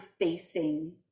facing